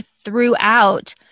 throughout